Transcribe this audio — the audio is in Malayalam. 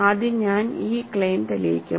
ആദ്യം ഞാൻ ഈ ക്ലെയിം തെളിയിക്കും